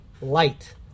light